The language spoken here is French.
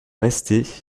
restée